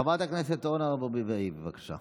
חברת הכנסת אורנה ברביבאי, בבקשה.